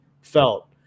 felt